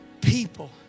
people